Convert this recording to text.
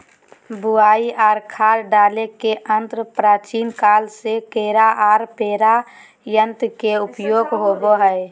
बुवाई आर खाद डाले के यंत्र प्राचीन काल से केरा आर पोरा यंत्र के उपयोग होवई हल